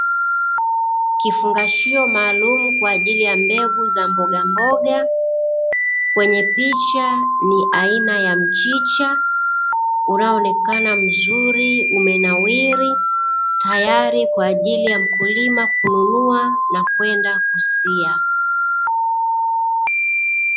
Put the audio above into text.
Kifungashio maalum kwaajili ya mbegu za mbogamboga kwenye picha ni aina ya mchicha unaoonekana mzuri, umenawiri tayari kwaajili ya mkulima kununua na kwenda kusia.